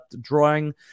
drawing –